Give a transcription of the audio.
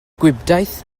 gwibdaith